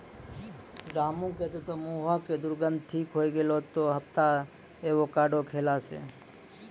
रामू के तॅ मुहों के दुर्गंध ठीक होय गेलै दू हफ्ता एवोकाडो खैला स